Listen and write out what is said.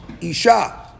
Isha